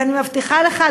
ואני מבטיחה לך,